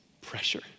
pressure